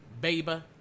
baby